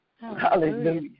Hallelujah